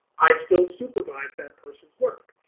i still supervise that person's work.